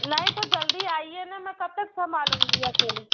नहीं तो जल्दी आइए न मैं कब तक संभालूँगी अकेले